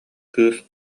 кыыс